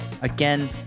Again